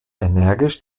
energisch